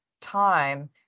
time